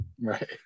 right